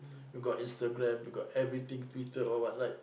we got Instagram we got everything Twitter all but like